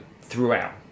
throughout